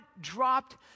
dropped